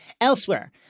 Elsewhere